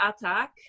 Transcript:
attack